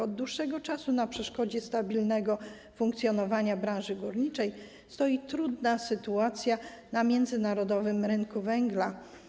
Od dłuższego czasu na przeszkodzie stabilnego funkcjonowania branży górniczej stoi trudna sytuacja na międzynarodowym rynku węgla.